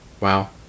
Wow